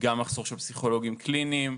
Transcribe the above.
גם מחסור של פסיכולוגים קליניים.